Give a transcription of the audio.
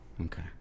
Okay